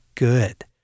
Good